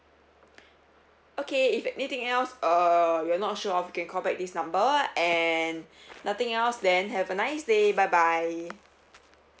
okay if anything else err you're not sure of can call back this number and nothing else then have a nice day bye bye